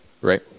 right